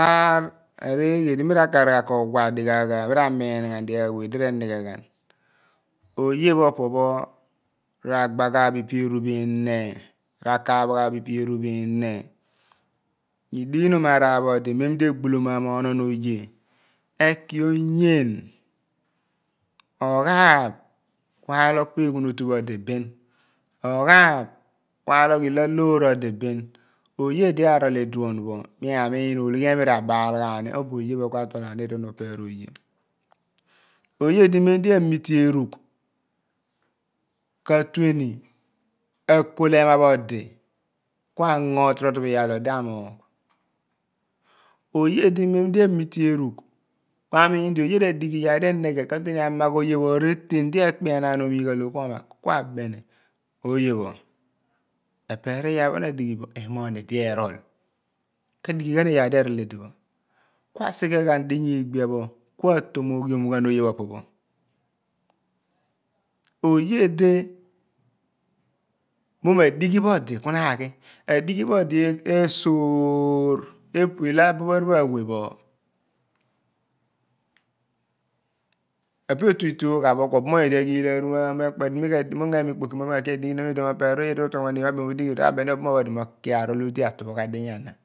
Aam areghe di mi kar wa d mi ra miinghan dighaagh weh d ra enigheghan oyephopopho ragbahabo eperubinah ragbaabo ikerubineh enighenom ararar phodi medi egbolomaama onono do oye eki onyan oghaaph ku logh pa ruhotupho di bin ogliaph kulogh loogh odi bii oye di aroli diopho mia ologhia rabiə ghaani obu me atolani idipho opiroye pidi medi amite kol ema phodi kuigno tro trobi iyaar la moogh medi amole erugh kui mim doye radi iyaar d inighe katuuni maa retin die kpianan kua tomo ghiom yepho epiriyapho nadibo emogh mi dierol kadimon iyaar eroll dipho siphe pho adi bia kua tomoghiom oye di momo adigh phodi ipodi shoorepu ilebu phoripho obumuny kua gheel aru daddy opir oye abem modighi idion odia mini comon kia tuugha dinya ana